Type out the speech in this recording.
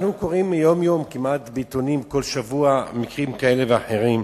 אנחנו קוראים כמעט כל יום בעיתונים על מקרים כאלה ואחרים.